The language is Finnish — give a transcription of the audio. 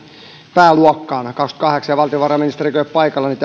pääluokkaan kaksikymmentäkahdeksan kun valtiovarainministeri ei ole paikalla niin